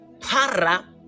para